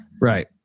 right